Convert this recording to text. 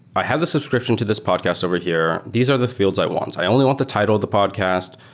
i have the subscription to this podcast over here. these are the fields i want. i only want the title of the podcast,